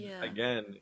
again